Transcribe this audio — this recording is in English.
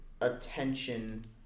attention